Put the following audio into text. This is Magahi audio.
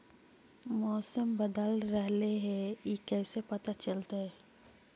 मौसम बदल रहले हे इ कैसे पता चलतै?